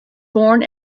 born